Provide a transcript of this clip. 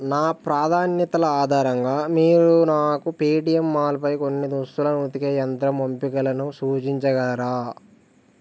నా ప్రాధాన్యతల ఆధారంగా మీరు నాకు పేటీఎం మాల్పై కొన్ని దుస్తులను ఉతికే యంత్రం ఎంపికలను సూచించగలరా